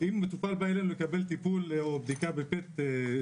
אם מטופל בא אלינו לקבל טיפול או בדיקה באיזוטופים,